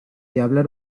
hablar